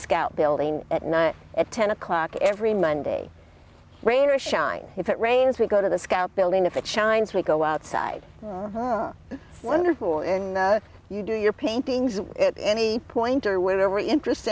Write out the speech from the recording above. scout building at night at ten o'clock every monday rain or shine if it rains we go to the scout building if it shines we go outside wonderful in you do your paintings at any point or with every interest